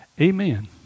Amen